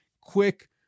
quick